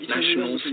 National